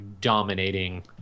dominating